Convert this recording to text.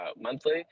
monthly